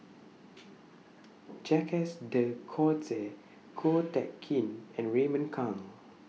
Jacques De Coutre Ko Teck Kin and Raymond Kang